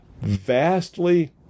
vastly